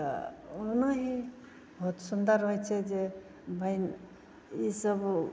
तऽ ओनाही बहुत सुन्दर रहैत छै जे मन ई सब ओ